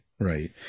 right